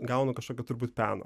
gaunu kažkokio turbūt peno